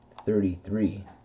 thirty-three